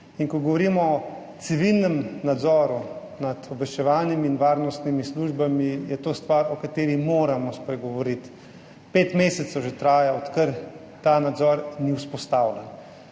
Ko govorimo o civilnem nadzoru nad obveščevalnimi in varnostnimi službami, je to stvar, o kateri moramo spregovoriti. Pet mesecev že traja, odkar ta nadzor ni vzpostavljen.